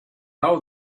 know